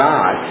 God